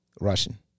Russian